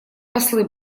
послы